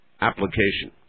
application